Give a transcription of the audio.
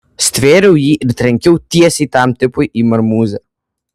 stvėriau jį ir trenkiau tiesiai tam tipui į marmūzę